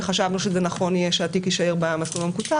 וחשבנו שנכון יהיה שהתיק יישאר במסלול המקוצר.